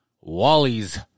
Wally's